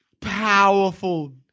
powerful